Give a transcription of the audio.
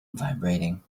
vibrating